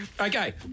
Okay